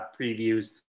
previews